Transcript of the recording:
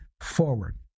Forward